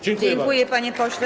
Dziękuję, panie pośle.